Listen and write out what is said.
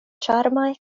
ĉarmaj